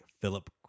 Philip